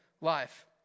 life